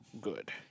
Good